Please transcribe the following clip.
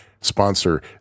sponsor